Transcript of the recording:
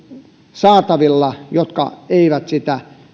saatavilla joka ei sitä